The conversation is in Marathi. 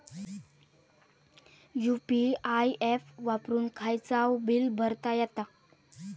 यु.पी.आय ऍप वापरून खायचाव बील भरता येता